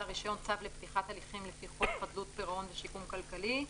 הרישיון צו לפתיחת הליכים לפי חוק חדלות פירעון ושיקום כלכלי,